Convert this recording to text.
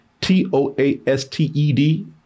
T-O-A-S-T-E-D